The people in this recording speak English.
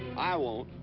i won't.